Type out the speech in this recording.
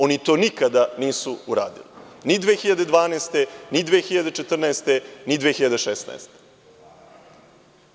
Oni to nikada nisu uradili, ni 2012, ni 2014. ni 2016. godine.